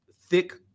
thick